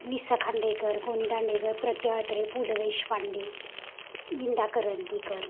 वि स खांडेकर गो नी दांडेकर प्र के अत्रे पु ल देशपांडे विंदा करंदीकर